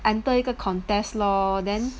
under 一个 contest lor then